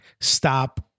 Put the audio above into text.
stop